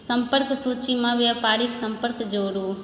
सम्पर्क सूचीमे व्यापारिक सम्पर्क जोड़ू